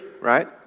right